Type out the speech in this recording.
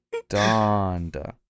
Donda